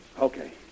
Okay